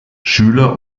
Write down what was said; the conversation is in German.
schüler